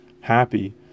happy